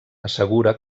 assegura